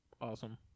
awesome